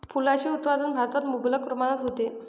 फुलांचे उत्पादन भारतात मुबलक प्रमाणात होते